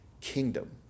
kingdom